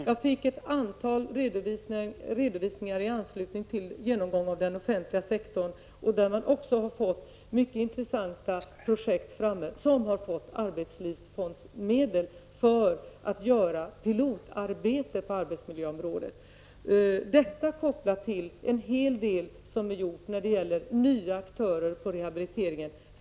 Jag fick ett antal redovisningar i anslutning till genomgång av den offentliga sektorn, där man fått fram mycket intressanta projekt med medel från arbetslivsfonden för pilotarbete på arbetsmiljöområdet. Detta är kopplat till en hel del som gjorts med nya aktörer på rehabiliteringens område.